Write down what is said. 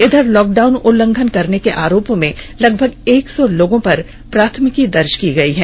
इधर लॉकडाउन उल्लंघन करने के आरोप में लगभग एक सौ लोगों पर प्राथमिकी दर्ज की गई है